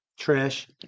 Trish